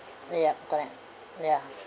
oh ya correct ya